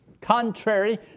contrary